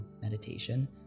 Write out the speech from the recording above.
meditation